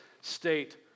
state